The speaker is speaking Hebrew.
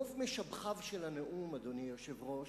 רוב משבחיו של הנאום, אדוני היושב-ראש,